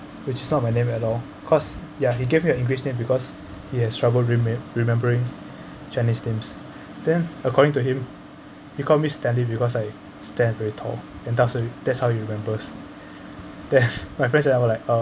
which is not my name at all cause ya he gave me a english name because he has trouble remem~ remembering chinese names then according to him he call me stanley because I stand very tall and that's that's how you remembers then my friends and I were like uh